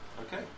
Okay